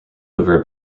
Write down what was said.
over